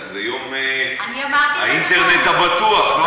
זה יום האינטרנט הבטוח.